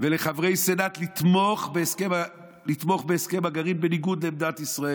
ולחברי סנאט לתמוך בהסכם הגרעין בניגוד לעמדת ישראל,